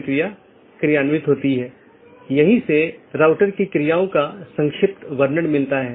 धीरे धीरे हम अन्य परतों को देखेंगे जैसे कि हम ऊपर से नीचे का दृष्टिकोण का अनुसरण कर रहे हैं